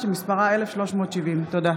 שמספרה 1370. תודה.